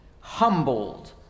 humbled